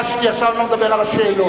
עכשיו אני לא מדבר על השאלות.